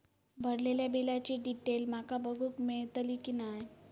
भरलेल्या बिलाची डिटेल माका बघूक मेलटली की नाय?